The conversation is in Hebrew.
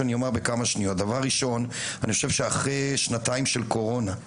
דבר ראשון אני חושב שאחרי שנתיים של קורונה,